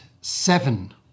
seven